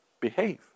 behave